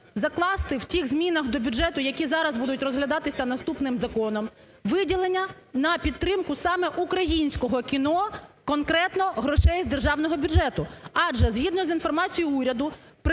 закласти в тих змінах до бюджету, які зараз будуть розглядатися наступним законом, виділення на підтримку саме українського кіно конкретно грошей з державного бюджету. Адже, згідно з інформацією уряду,